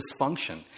dysfunction